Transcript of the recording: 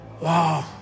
Wow